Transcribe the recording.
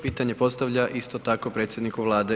Pitanje postavlja isto tako predsjedniku Vlade.